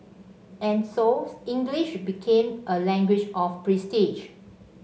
and so English became a language of prestige